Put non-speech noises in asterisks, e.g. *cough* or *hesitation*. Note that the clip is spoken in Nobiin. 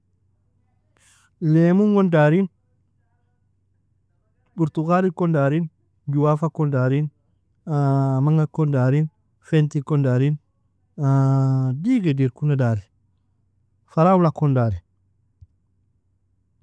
Lemon gon darin, burtugal ikon darin, Juafa kon darin, *hesitation* manga kon darin, fenty kon darin, *hesitation* digid irkona dari faraula kon dari.